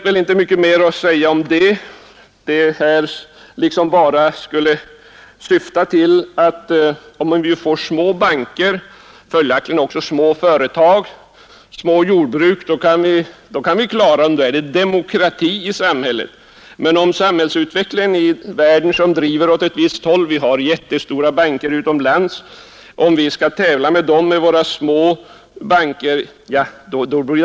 Argumenteringen är att om vi får små banker och följaktligen också små företag och små jordbruk, då är det demokrati i samhället. Utvecklingen i världen går mot större enheter — utomlands finns det jättestora banker — och vi skall tävla med dem med våra små banker.